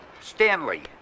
Stanley